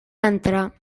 entrar